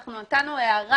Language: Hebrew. אנחנו נתנו הערה,